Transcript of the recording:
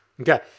Okay